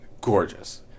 Gorgeous